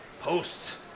Posts